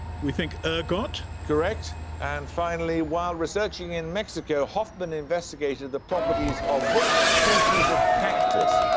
we think ergot. correct. and finally, while researching in mexico, hofmann investigated the properties of which species of cactus,